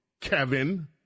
Kevin